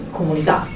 comunità